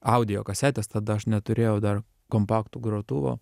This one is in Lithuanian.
audio kasetės tada aš neturėjau dar kompaktų grotuvo